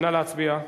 נא להצביע.